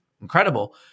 incredible